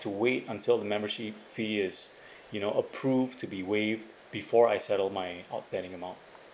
to wait until the membership fee is you know approved to be waived before I settle my outstanding amount